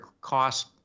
cost